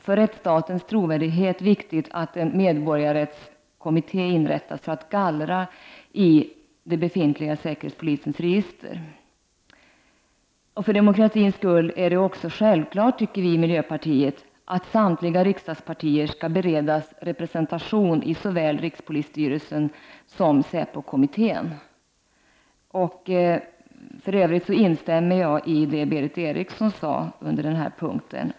För rättsstatens trovärdighet är det också viktigt att en medborgarrättskommitté inrättas för att gallra i de befintliga registren hos säkerhetspolisen. För demokratins skull är det också självklart — tycker vi i miljöpartiet — att samtliga riksdagspartier skall beredas representation i såväl rikspolisstyrelsen som säpo-kommittén. I övrigt instämmer jag i vad Berith Eriksson sade under den här punkten.